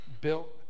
built